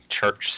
church